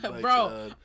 Bro